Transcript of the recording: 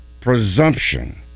presumption